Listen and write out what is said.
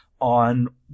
on